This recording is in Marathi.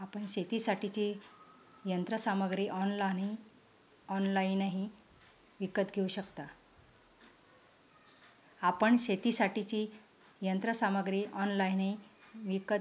आपण शेतीसाठीची यंत्रसामग्री ऑनलाइनही विकत